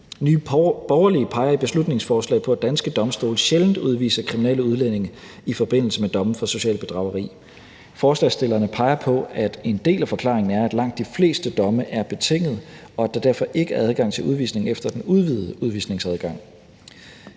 Nye Borgerlige peger i beslutningsforslaget på, at danske domstole sjældent udviser kriminelle udlændinge i forbindelse med domme for socialbedrageri. Forslagsstillerne peger på, at en del af forklaringen er, at langt de fleste domme er betinget, og at der derfor ikke er adgang til udvisning efter den udvidede udvisningsadgang.